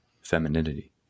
femininity